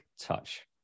Touch